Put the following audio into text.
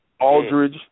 Aldridge